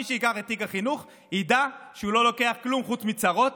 מי שייקח את תיק החינוך ידע שהוא לא לוקח כלום חוץ מצרות.